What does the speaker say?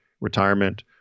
retirement